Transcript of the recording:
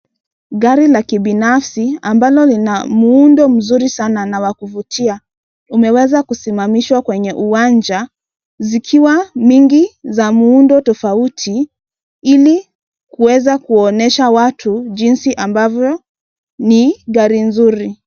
Gari la kibinafsi, ambalo lina muundo mzuri sana na wa kuvutia, umeweza kusimamishwa kwenye uwanja, zikiwa mingi za muundo tofauti, ili kuweza kuwaonyesha watu jinsi ambavyo ni gari nzuri.